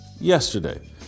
yesterday